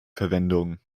verwendung